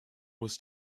was